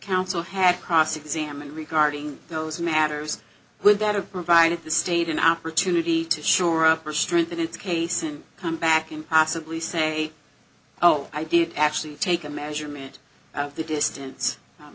counsel had cross examined regarding those matters would that have provided the state an opportunity to shore up or strengthen its case and come back and possibly say oh i did actually take a measurement of the distance